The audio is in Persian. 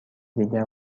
دیگر